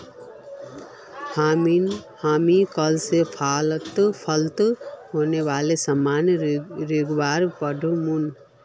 हामी कल स फलत होने वाला सामान्य रोगेर बार पढ़ मु